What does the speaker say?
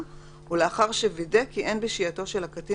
ולאחר שווידא כי אין בשהייתו של הקטין